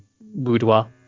boudoir